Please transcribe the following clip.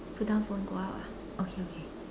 put down phone go out ah okay okay